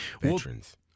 Veterans